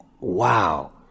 wow